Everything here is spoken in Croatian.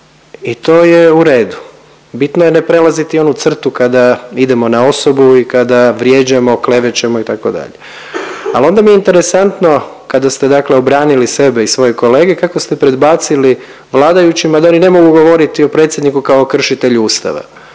i to je u redu. Bitno je ne prelaziti onu crtu kada idemo na osobu i kada vrijeđamo, klevećemo itd. Ali onda mi je interesantno kada ste, dakle obranili sebe i svoje kolege kako ste predbacili vladajućima da oni ne mogu govoriti o predsjedniku kao kršitelju Ustava.